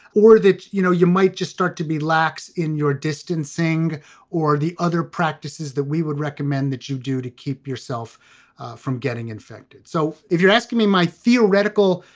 or that, you know, you might just start to be lax in your distancing or the other practices that we would recommend that you do to keep yourself from getting infected. so if you're asking me my theoretical,